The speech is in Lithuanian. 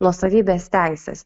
nuosavybės teisės